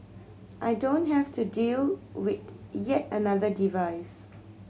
I don't have to deal with yet another device